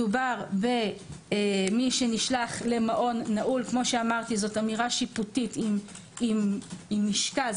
מדובר במי שנשלח למעון נעול כאמור זו אמירה שיפוטית עם משקל.